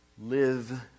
Live